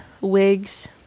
wigs